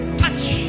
touch